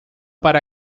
para